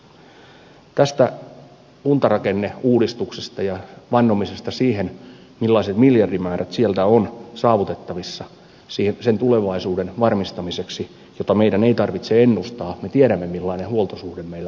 tästä kuntarakenneuudistuksesta ja sen vannomisesta millaiset miljardimäärät sieltä on saavutettavissa sen tulevaisuuden varmistamiseksi jota meidän ei tarvitse ennustaa me tiedämme millainen huoltosuhde meillä on